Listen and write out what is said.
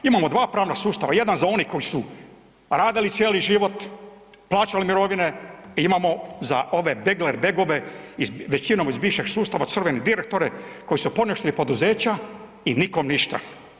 Imamo 2 pravna sustava jedan za one koji su radili cijeli život, plaćali mirovine i imamo za ove begler begove iz, većinom iz bivšeg sustava, crvene direktore koji su poništili poduzeća i nikom ništa.